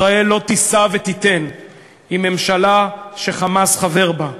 ישראל לא תישא ותיתן עם ממשלה ש"חמאס" חבר בה.